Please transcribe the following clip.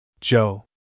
Joe